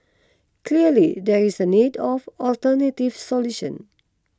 clearly there is a need of alternative solution